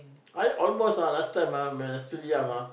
I almost ah last time ah when I still young ah